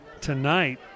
tonight